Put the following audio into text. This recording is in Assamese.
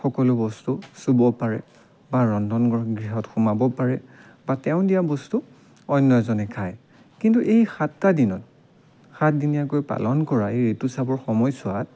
সকলো বস্তু চুব পাৰে বা ৰন্ধন গ্ৰহ গৃহত সোমাব পাৰে বা তেওঁ দিয়া বস্তু অন্য এজনে খাই কিন্তু এই সাতটা দিনত সাত দিনীয়াকৈ পালন কৰা এই ঋতুস্ৰাৱৰ সময়ছোৱাত